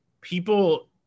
people –